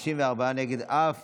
54 נגד, אף